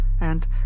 and